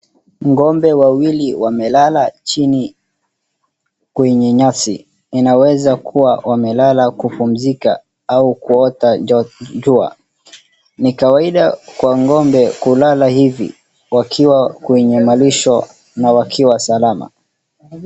Ng'ombe wawili wamelala chini kwenye nyasi. Inaweza kuwa wamelala kupumzika au kuota jua. Ni kawaida kwa ng'ombe kulala hivi wakiwa kwenye malisho na wakiwa salama.